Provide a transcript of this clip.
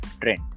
trend